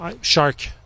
Shark